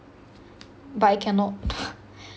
but I cannot